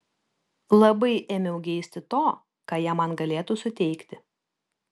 labai ėmiau geisti to ką jie man galėtų suteikti